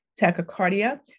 tachycardia